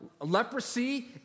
leprosy